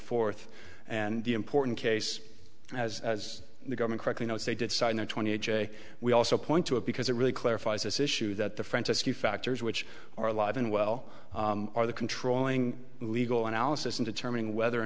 fourth and the important case as as the government correctly know if they did sign the twenty a j we also point to it because it really clarifies this issue that the french rescue factors which are alive and well are the controlling legal analysis in determining whether or